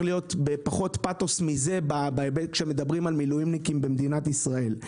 להיות בפחות פאתוס מזה בהיבט שמדברים על מילואימניקים במדינת ישראל.